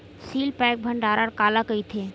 Seal pack भंडारण काला कइथे?